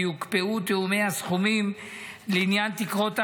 כי יוקפאו תיאומי הסכומים לעניין תקרות ההכנסה,